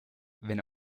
wenn